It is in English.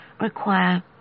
require